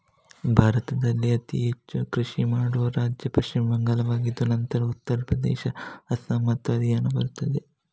ಭಾರತದಲ್ಲಿ ಅತಿ ಹೆಚ್ಚು ಕೃಷಿ ಮಾಡುವ ರಾಜ್ಯ ಪಶ್ಚಿಮ ಬಂಗಾಳವಾಗಿದ್ದು ನಂತರ ಉತ್ತರ ಪ್ರದೇಶ, ಅಸ್ಸಾಂ ಮತ್ತು ಹರಿಯಾಣ ಬರುತ್ತದೆ